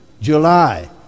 July